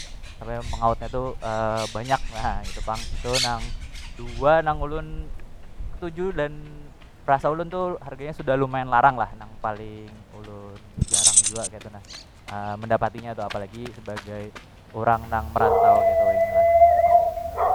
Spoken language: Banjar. Supaya mengaut nya tu banyak na itu pang itu nang dua nang ulun ketuju dan rasa ulun tu harga nya sudah lumayan larang lah nang paling ulun jarang jua mendapatinya tu apalagi sebagai urang nang merantau ketu wahini lah itu pang misal dua.